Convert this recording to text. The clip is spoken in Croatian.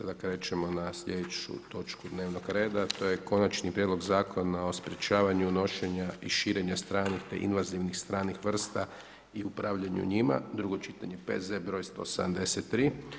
Sada krećemo na sljedeću točku dnevnog reda, a to je - Konačni prijedlog zakona o sprječavanju unošenja i širenja stranih te invazivnih stranih vrsta i upravljanju njima, drugo čitanje, P.Z. br. 173.